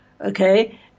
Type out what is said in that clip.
okay